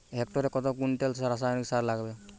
হেক্টরে কত কুইন্টাল রাসায়নিক সার লাগবে?